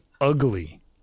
ugly